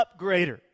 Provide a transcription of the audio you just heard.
upgrader